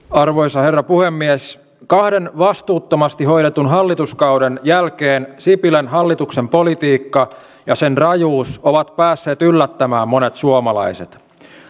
arvoisa herra puhemies kahden vastuuttomasti hoidetun hallituskauden jälkeen sipilän hallituksen politiikka ja sen rajuus ovat päässeet yllättämään monet suomalaiset